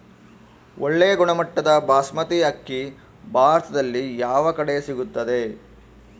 ಒಳ್ಳೆ ಗುಣಮಟ್ಟದ ಬಾಸ್ಮತಿ ಅಕ್ಕಿ ಭಾರತದಲ್ಲಿ ಯಾವ ಕಡೆ ಸಿಗುತ್ತದೆ?